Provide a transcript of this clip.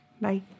Bye